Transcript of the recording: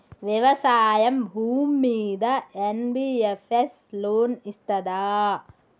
వ్యవసాయం భూమ్మీద NBFS loan ఇస్తదా?